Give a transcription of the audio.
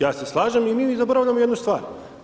Ja se slažem i mi zaboravljamo jednu stvar.